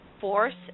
force